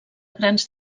grans